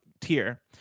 tier